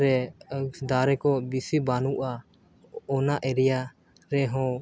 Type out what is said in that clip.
ᱨᱮ ᱫᱟᱨᱮ ᱠᱚ ᱵᱤᱥᱤ ᱵᱟᱱᱩᱜᱼᱟ ᱚᱱᱟ ᱮᱨᱤᱭᱟ ᱨᱮᱦᱚᱸ